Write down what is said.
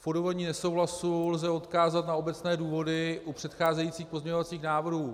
V odůvodnění nesouhlasu lze odkázat na obecné důvody u předcházejících pozměňovacích návrhů.